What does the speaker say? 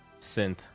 synth